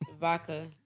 Vodka